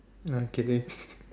okay